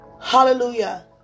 Hallelujah